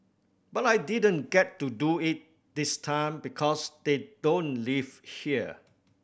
but I didn't get to do it this time because they don't live here